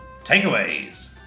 Takeaways